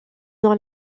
dans